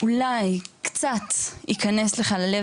אולי קצת ייכנס לך ללב,